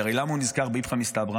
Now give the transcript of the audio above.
כי הרי למה הוא נזכר באיפכא מסתברא?